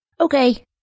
Okay